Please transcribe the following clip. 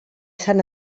sant